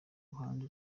ruhande